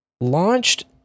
launched